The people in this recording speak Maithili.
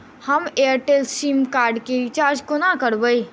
हम एयरटेल सिम कार्ड केँ रिचार्ज कोना करबै?